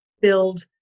build